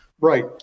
right